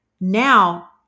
now